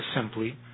simply